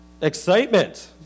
Excitement